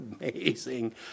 amazing